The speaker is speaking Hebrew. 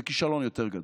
זה כישלון יותר גדול,